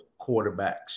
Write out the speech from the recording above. quarterbacks